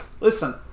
listen